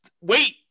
wait